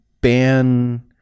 ban